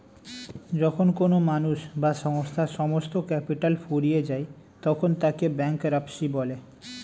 যখন কোনো মানুষ বা সংস্থার সমস্ত ক্যাপিটাল ফুরিয়ে যায় তখন তাকে ব্যাঙ্করাপ্সি বলে